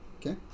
Okay